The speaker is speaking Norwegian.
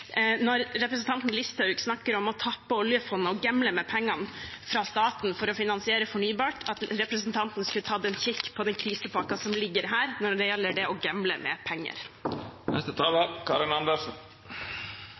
når representanten Listhaug snakker om å tappe oljefondet og «gamble» med pengene fra staten for å finansiere fornybart – at representanten skulle tatt en kikk på den krisepakka som ligger her, når det gjelder det å gamble med penger.